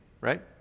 right